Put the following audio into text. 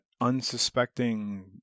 unsuspecting